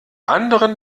anderen